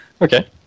Okay